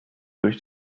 durch